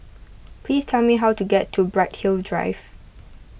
please tell me how to get to Bright Hill Drive